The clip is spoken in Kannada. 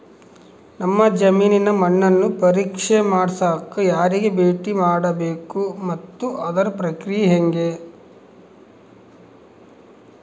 ನಮ್ಮ ಜಮೇನಿನ ಮಣ್ಣನ್ನು ಪರೇಕ್ಷೆ ಮಾಡ್ಸಕ ಯಾರಿಗೆ ಭೇಟಿ ಮಾಡಬೇಕು ಮತ್ತು ಅದರ ಪ್ರಕ್ರಿಯೆ ಹೆಂಗೆ?